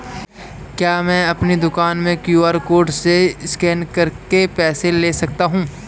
क्या मैं अपनी दुकान में क्यू.आर कोड से स्कैन करके पैसे ले सकता हूँ?